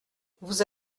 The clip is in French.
vous